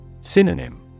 Synonym